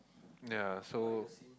ya so